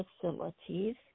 facilities